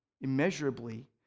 immeasurably